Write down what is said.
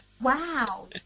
Wow